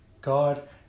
God